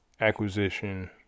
acquisition